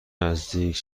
نزدیک